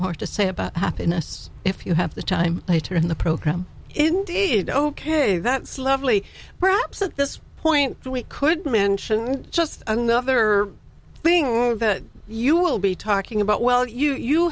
more to say about happiness if you have the time later in the program indeed ok that's lovely perhaps at this point we could mention just another thing that you will be talking about well you